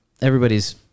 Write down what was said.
everybody's